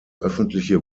öffentliche